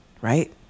Right